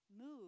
move